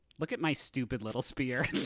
look at my stupid little spear.